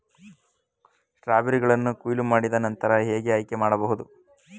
ಸ್ಟ್ರಾಬೆರಿಗಳನ್ನು ಕೊಯ್ಲು ಮಾಡಿದ ನಂತರ ಹೇಗೆ ಆಯ್ಕೆ ಮಾಡಬಹುದು?